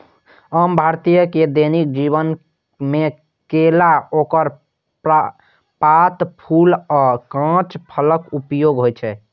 आम भारतीय के दैनिक जीवन मे केला, ओकर पात, फूल आ कांच फलक उपयोग होइ छै